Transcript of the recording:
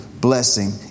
blessing